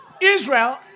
Israel